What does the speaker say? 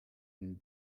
den